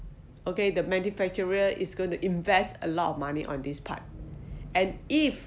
okay the manufacturer is gonna invest a lot of money on this part and if